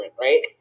right